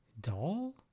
doll